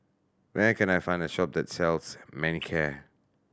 where can I find a shop that sells Manicare